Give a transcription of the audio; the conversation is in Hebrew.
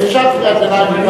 אפשר קריאת ביניים,